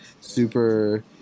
super